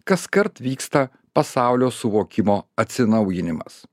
kaskart vyksta pasaulio suvokimo atsinaujinimas